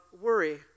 worry